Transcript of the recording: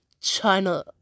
China